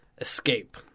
escape